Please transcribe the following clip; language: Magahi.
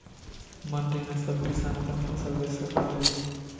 मंडी में सब किसान अपन फसल बेच सको है?